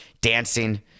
dancing